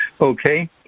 okay